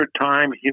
time